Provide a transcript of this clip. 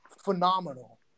phenomenal